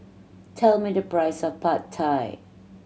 tell me the price of Pad Thai